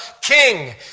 King